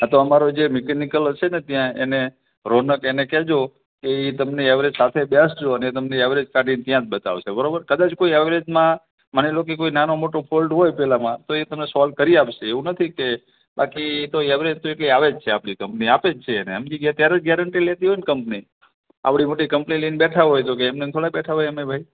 હા તો અમારો જે મિકેનિકલ હશે ને ત્યાં એને રોનક એને કહેજો કે એ તમને એવરેજ સાથે બેસજો અને એ તમને એવરેજ કાઢી અને ત્યાં જ બતાવશે બરાબર કદાચ કોઈ એવરેજમાં માની લો કે કોઈ નાનું મોટું ફૉલ્ટ હોય પેલામાં તો એ તમને સોલ્વ કરી આપશે એવું નથી કે બાકી એ તો એવરેજ તો એટલી આવે જ છે આપણી કંપની આપે જ છે સમજી ગયા ત્યારે જ ગૅરંટી લેતી હોય ને કંપની આટલી મોટી કંપની લઈને બેઠાં હોય તો કંઇ એમને એમ થોડા બેઠાં હોય અમે ભઈ